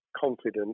confident